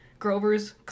Grover's